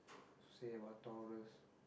say about Taurus